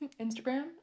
Instagram